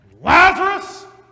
Lazarus